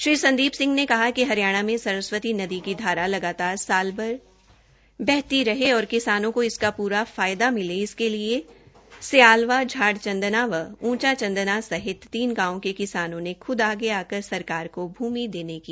श्री संदीप सिंह ने कहा कि हरियाणा मे सरस्वती नदी की धार लगातार सालभर बहती रहे और किसानों को इसका पूरा लाभ मिले इसके लिए स्यालवा झांड़ चन्दना व ऊंचा चंदाना सहित तीन गांवों के किसानों ने खूद आगे आकर सरकार को भूमि देने की पहल की है